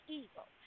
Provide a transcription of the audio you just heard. evil